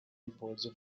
impulse